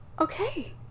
Okay